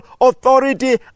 authority